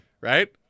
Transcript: Right